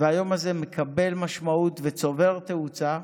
והיום הזה מקבל משמעות וצובר תאוצה,